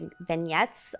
vignettes